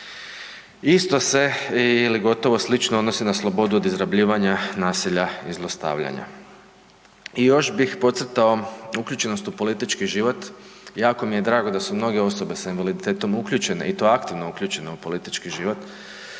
Isto se ili gotovo slično odnosi na slobodu od izrabljivanja nasilja i zlostavljanja. I još bih podcrtao uključenost u politički život, jako mi je drago da su mnoge osobe s invaliditetom uključene i to aktivno uključene u politički život.